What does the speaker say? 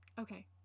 okay